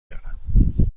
دارم